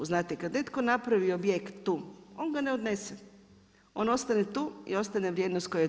Znate kada netko napravi objekt tu, on ga ne odnese, on ostane tu i ostane vrijednost koja je tu.